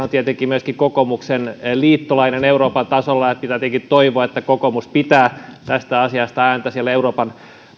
on tietenkin myöskin kokoomuksen liittolainen euroopan tasolla joten pitää tietenkin toivoa että kokoomus pitää tästä asiasta ääntä siellä euroopan